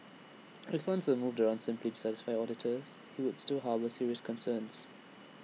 if funds were moved around simply to satisfy auditors he would still harbour serious concerns